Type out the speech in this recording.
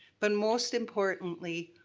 but most importantly,